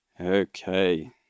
Okay